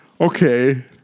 okay